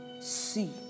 see